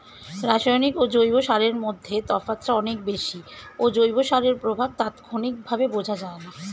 রাসায়নিক ও জৈব সারের মধ্যে তফাৎটা অনেক বেশি ও জৈব সারের প্রভাব তাৎক্ষণিকভাবে বোঝা যায়না